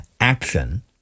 action